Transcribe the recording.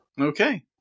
Okay